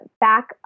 back